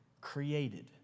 created